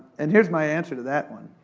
and here's my answer to that one.